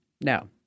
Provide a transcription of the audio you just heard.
Now